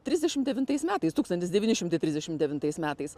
trisdešim devintais metais tūkstantis devyni šimtai trisdešim devintais metais